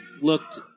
looked